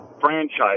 franchise